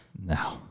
No